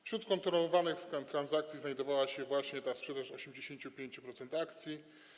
Wśród kontrolowanych transakcji znajdowała się właśnie ta sprzedaż 85% akcji.